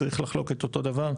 צריך לחלוק את אותו דבר.